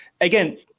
again